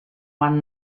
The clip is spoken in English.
one